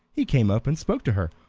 he came up and spoke to her,